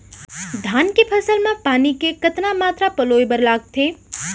धान के फसल म पानी के कतना मात्रा पलोय बर लागथे?